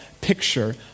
picture